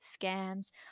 scams